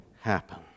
happen